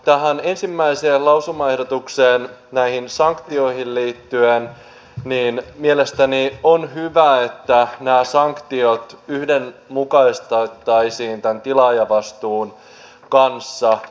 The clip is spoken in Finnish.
tähän ensimmäiseen lausumaehdotukseen näihin sanktioihin liittyen mielestäni on hyvä että nämä sanktiot yhdenmukaistettaisiin tämän tilaajavastuun kanssa